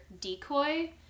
decoy